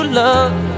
love